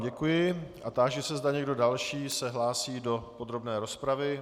Děkuji a táži se, zda se někdo další hlásí do podrobné rozpravy.